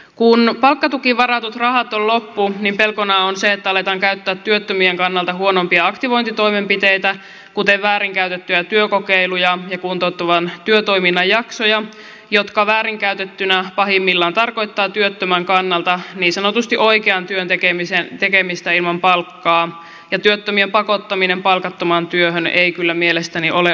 kun palkkatukiin varatut rahat ovat loppu niin pelkona on se että aletaan käyttää työttömien kannalta huonompia aktivointitoimenpiteitä kuten väärin käytettyjä työkokeiluja ja kuntouttavan työtoiminnan jaksoja jotka väärin käytettyinä pahimmillaan tarkoittavat työttömän kannalta niin sanotusti oikean työn tekemistä ilman palkkaa ja työttömien pakottaminen palkattomaan työhön ei kyllä mielestäni ole oikein